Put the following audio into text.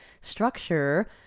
structure